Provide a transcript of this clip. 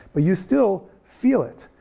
but you still feel it.